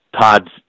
Todd's